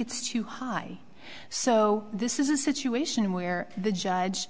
it's too high so this is a situation where the judge